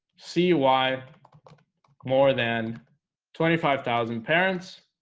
see why more than twenty five thousand parents